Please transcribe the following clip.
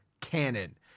canon